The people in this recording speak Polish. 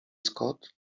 scott